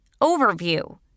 Overview